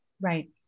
Right